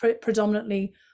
predominantly